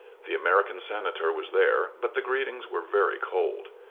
the american senator was there, but the greetings were very cold.